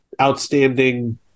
outstanding